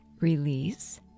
release